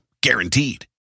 guaranteed